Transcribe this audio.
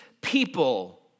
people